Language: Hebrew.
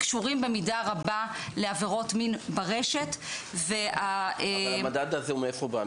קשורים במידה רבה לעבירות מין ברשת ו- -- אבל המדד הזה הוא מאיפה בא?